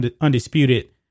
Undisputed